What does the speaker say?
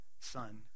Son